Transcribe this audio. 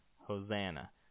Hosanna